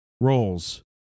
roles